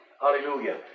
Hallelujah